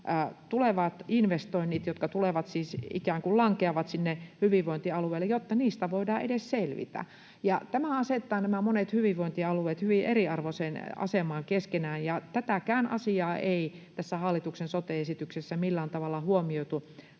tulevista investoinneista, jotka tulevat, siis ikään kuin lankeavat, sinne hyvinvointialueelle, edes selvitä. Tämä asettaa nämä monet hyvinvointialueet hyvin eriarvoiseen asemaan keskenään, ja tätäkään asiaa ei tässä hallituksen sote-esityksessä millään tavalla huomioitu,